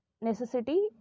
necessity